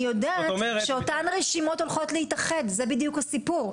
אני יודעת שאותן רשימות הולכות להתאחד, זה הסיפור.